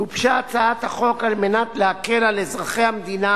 גובשה הצעת החוק על מנת להקל על אזרחי המדינה